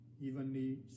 evenly